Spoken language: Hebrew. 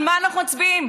על מה אנחנו מצביעים?